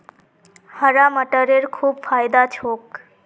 हरा मटरेर खूब फायदा छोक